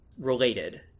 related